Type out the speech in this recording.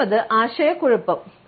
രണ്ടാമത് ആശയക്കുഴപ്പം